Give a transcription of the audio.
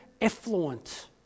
effluent